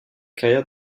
carrière